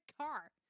car